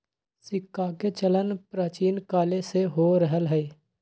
सिक्काके चलन प्राचीन काले से हो रहल हइ